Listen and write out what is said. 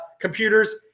computers